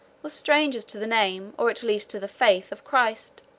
were strangers to the name, or at least to the faith, of christ